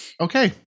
okay